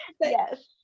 Yes